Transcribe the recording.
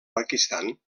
pakistan